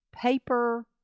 paper